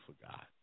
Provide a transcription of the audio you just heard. forgot